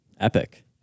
Epic